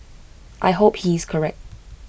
I hope he is correct